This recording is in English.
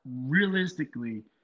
realistically